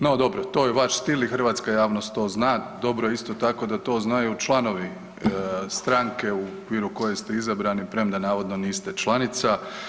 No, dobro, to je vaš stil i hrvatska javnost to zna, dobro je isto tako da to znaju članovi stranke u okviru koje ste izabrani, premda navodno niste članica.